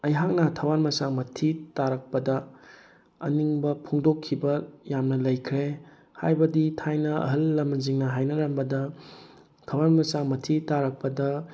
ꯑꯩꯍꯥꯛꯅ ꯊꯋꯥꯟꯃꯤꯆꯥꯛ ꯃꯊꯤ ꯇꯥꯔꯛꯄꯗ ꯑꯅꯤꯡꯕ ꯐꯣꯡꯗꯣꯛꯈꯤꯕ ꯌꯥꯝꯅ ꯂꯩꯈ꯭ꯔꯦ ꯍꯥꯏꯕꯗꯤ ꯊꯥꯏꯅ ꯑꯍꯜ ꯂꯃꯜꯁꯤꯡꯅ ꯍꯥꯏꯅꯔꯝꯕꯗ ꯊꯋꯥꯟꯃꯤꯆꯥꯛ ꯃꯊꯤ ꯇꯥꯔꯛꯄꯗ